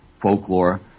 folklore